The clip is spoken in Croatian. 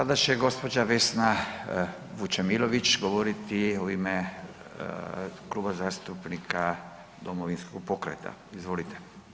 Sada će gđa. Vesna Vučemilović govoriti u ime Kluba zastupnika Domovinskog pokreta, izvolite.